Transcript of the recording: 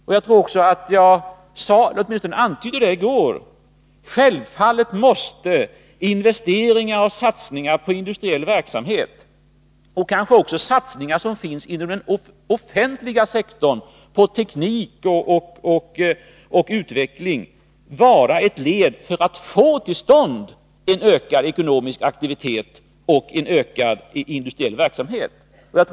Jag sade också i går, eller åtminstone antydde, att investeringar och satsningar på industriell verksamhet, och kanske också satsningar inom den offentliga sektorn på teknik och utveckling, självfallet måste vara ett led för att få till stånd en ökad ekonomisk aktivitet och en ökad industriell verksamhet.